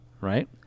right